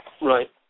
Right